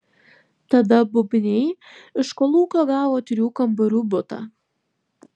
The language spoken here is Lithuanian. tada bubniai iš kolūkio gavo trijų kambarių butą